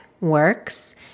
works